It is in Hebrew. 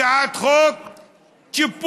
הצעת חוק צ'יפור.